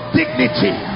dignity